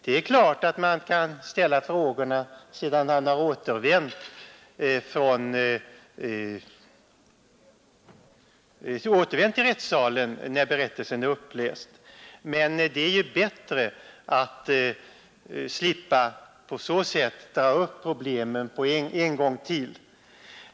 Det är klart att man kan ställa frågorna sedan den tilltalade har återvänt till rättssalen, när berättelsen är uppläst, men det är bättre att slippa dra upp problemen en gång till.